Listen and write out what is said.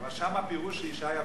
אבל שם הפירוש הוא אשה יפה,